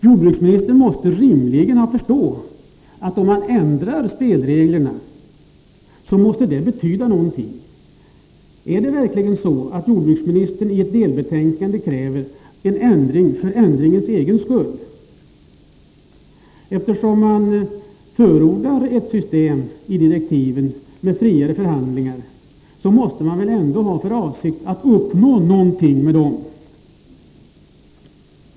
Jordbruksministern måste rimligen förstå att det betyder någonting om man ändrar spelreglerna. Kräver verkligen jordbruksministern i ett delbetänkande en ändring för ändringens egen skull? Eftersom man i direktiven förordar ett system med friare förhandlingar måste man väl ändå ha för avsikt att uppnå någonting med detta.